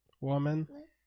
Woman